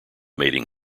mating